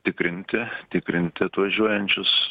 tikrinti tikrinti atvažiuojančius